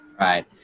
Right